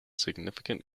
significant